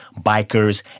bikers